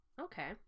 Okay